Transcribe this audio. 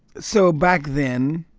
so back then,